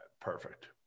Perfect